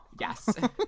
Yes